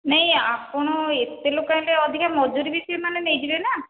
ନାଇଁ ଆପଣ ଏତେ ଲୋକ ଆଣିଲେ ଅଧିକା ମଜୁରି ବି ସେମାନେ ନେଇଯିବେ ନା